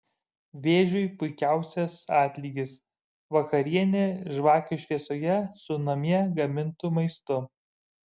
vėžiui puikiausias atlygis vakarienė žvakių šviesoje su namie gamintu maistu